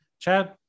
Chad